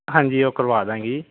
ਹਾਂਜੀ ਉਹ ਕਰਵਾ ਦਾਂਗੇ ਜੀ